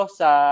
sa